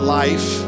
life